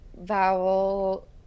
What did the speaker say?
vowel